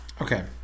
Okay